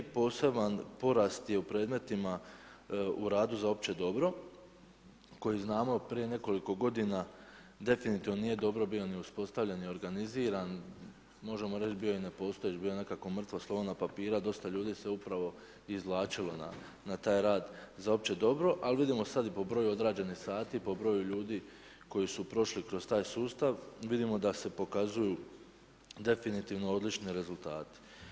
Poseban porast je u predmetima u radu za opće dobro, koji znamo prije nekoliko godina definitivno nije dobro bio ni uspostavljen, ni organiziran, možemo reći bio je nepostojeć, bio je nekako mrtvo slovo na papiru, a dosta ljudi se upravo izvlačilo na taj rad za opće dobro, ali vidimo sad i po broju odrađenih sati, po broju ljudi koji su prošli kroz taj sustav, vidimo da se pokazuju definitivno odlični rezultati.